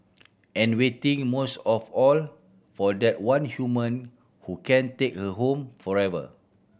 and waiting most of all for that one human who can take her home forever